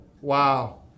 Wow